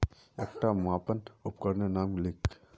एकटा मापन उपकरनेर नाम लिख?